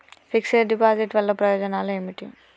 Fix డ్ deposit వల్ల ప్రయోజనాలు ఏమిటి?